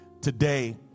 today